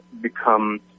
become